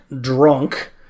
drunk